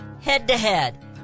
head-to-head